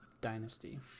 dynasty